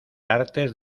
artes